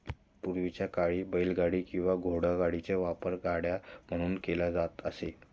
पूर्वीच्या काळी बैलगाडी किंवा घोडागाडीचा वापर गाड्या म्हणून केला जात असे